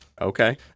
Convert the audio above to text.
Okay